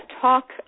talk